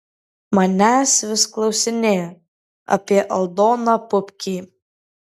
manęs vis klausinėjo apie aldoną pupkį